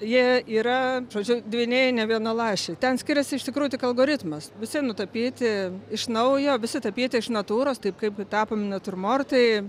jie yra žodžiu dvyniai ne vienaląsčiai ten skiriasi iš tikrųjų tik algoritmas visi nutapyti iš naujo visi tapyti iš natūros taip kaip tapomi natiurmortai